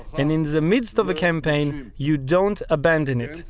and in the midst of a campaign, you don't abandon it.